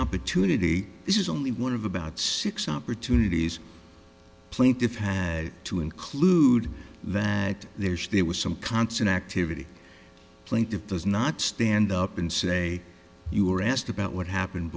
opportunity this is only one of about six opportunities plaintiffs had to include that there's there was some constant activity plaintiff does not stand up and say you were asked about what happened